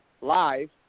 live